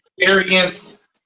experience